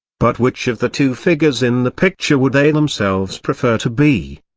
but which of the two figures in the picture would they themselves prefer to be?